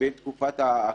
בין תקופת הכהונות.